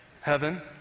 heaven